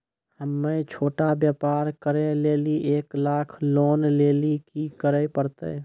हम्मय छोटा व्यापार करे लेली एक लाख लोन लेली की करे परतै?